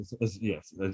yes